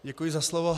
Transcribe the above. Děkuji za slovo.